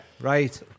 right